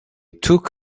took